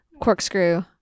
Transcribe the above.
Corkscrew